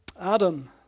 Adam